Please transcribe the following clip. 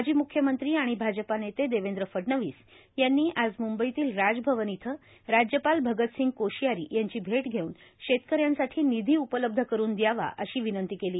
माजी मुख्यमंत्री आणि भाजपा नेते देवेंद्र फडणवीस यांनी आज मुंबईतील राजभवन इथं राज्यपाल भगतसिंग कोश्यारी यांची भेट घेऊन ौतकऱ्यांसाठी निधी उपलब्ध करून दवावा अश्री विनंती केली